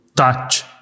Touch